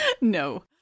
No